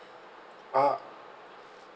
uh